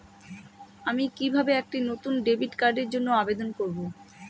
আমি কিভাবে একটি নতুন ডেবিট কার্ডের জন্য আবেদন করব?